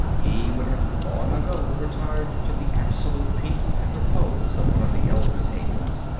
he would have long ago retired to the absolute peace and repose of one of the elders' havens.